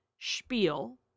spiel